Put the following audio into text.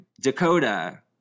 Dakota